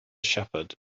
shepherd